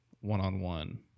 one-on-one